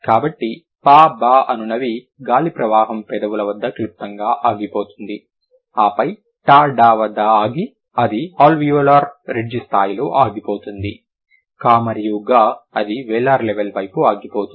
కాబట్టి ప బ అనునవి గాలి ప్రవాహం పెదవుల వద్ద క్లుప్తంగా ఆగిపోతుంది ఆపై ట డ వద్ద అది అల్వియోలార్ రిడ్జ్ స్థాయిలో ఆగిపోతుంది క మరియు గ అది వేలర్ లెవెల్ వైపు ఆగిపోతుంది